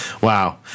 Wow